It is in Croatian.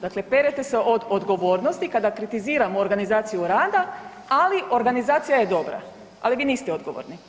Dakle, perete se od odgovornosti kada kritiziramo organizaciju rada, ali organizacija je dobra, ali vi niste odgovorni.